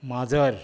माजर